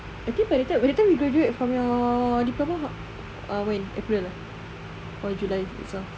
I think by the time by the time you graduate from your diploma ah when april or july itself